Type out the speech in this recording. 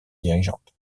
dirigeante